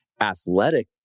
athletic